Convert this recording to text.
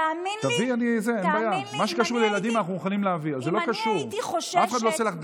תאמין לי, אם אני הייתי חוששת,